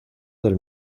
del